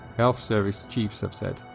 health service chiefs have said.